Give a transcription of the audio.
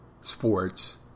sports